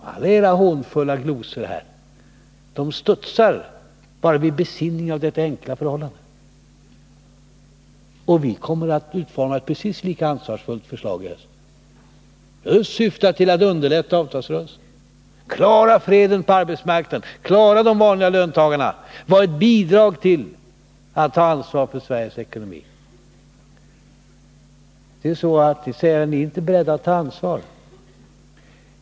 Alla era hånfulla glosor här studsar bara vid besinningen av detta enkla förhållande. Vi kommer att utforma ett precis lika ansvarsfullt förslag i höst, som syftar till att underlätta avtalsrörelsen, klara freden på arbetsmarknaden, klara de vanliga löntagarna och att vara ett bidrag till att ta ansvar för Sveriges ekonomi. Ni säger ju att vi inte är beredda att ta ansvar.